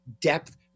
depth